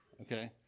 okay